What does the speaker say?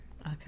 Okay